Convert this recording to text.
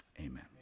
amen